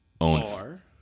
own